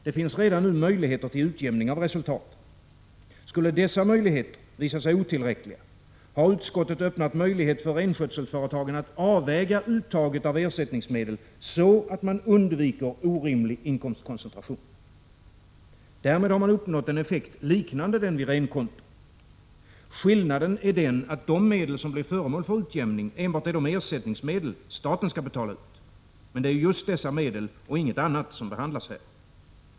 Det finns redan nu möjligheter till utjämning av resultaten. Skulle dessa visa sig otillräckliga, har utskottet öppnat möjlighet för renskötselföretagen att avväga uttaget av ersättningsmedel, så att man undviker orimlig inkomstkoncentration. Därmed har man uppnått en effekt liknande den vid renkonto. Skillnaden är den, att de medel som blir föremål för utjämning enbart är de ersättningsmedel staten skall betala ut. Men det är just dessa medel och inget annat, som behandlas här.